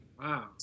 Wow